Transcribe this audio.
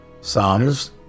Psalms